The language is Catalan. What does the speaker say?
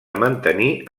mantenir